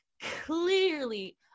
clearly